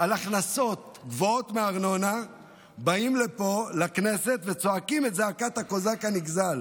על הכנסות גבוהות מארנונה באים לפה לכנסת וזועקים את זעקת הקוזק הנגזל.